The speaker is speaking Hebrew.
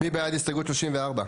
מי בעד הסתייגות 34?